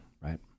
right